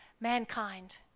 mankind